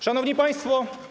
Szanowni Państwo!